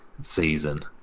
season